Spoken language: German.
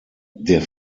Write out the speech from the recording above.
der